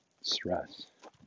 stress